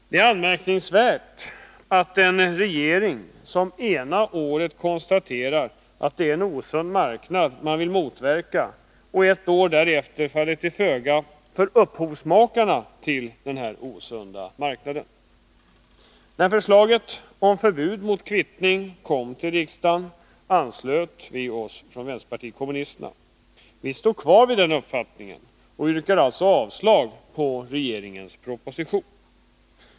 Det är anmärkningsvärt att en regering som ena året konstaterar att det är en osund marknad, som man vill motverka, ett år därefter faller till föga för upphovsmakarna till denna osunda marknad. När förslaget om förbud mot kvittning kom till riksdagen, anslöt vi i vänsterpartiet kommunisterna oss till detta förslag. Vi står kvar vid den uppfattningen och yrkar alltså avslag på regeringens proposition.